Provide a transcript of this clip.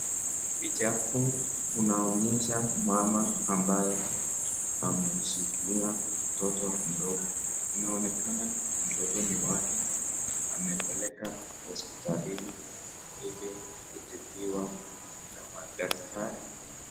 Picha hii inaonyesha mama ambaye amemshikilia mtoto mdogo. Inaonekana mtoto ni wake amepeleka hospitalini ili kutibiwa na madaktari.